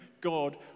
God